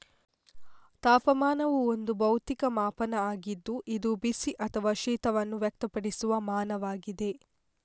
ತಾಪಮಾನವು ಒಂದು ಭೌತಿಕ ಮಾಪನ ಆಗಿದ್ದು ಇದು ಬಿಸಿ ಅಥವಾ ಶೀತವನ್ನು ವ್ಯಕ್ತಪಡಿಸುವ ಮಾನವಾಗಿದೆ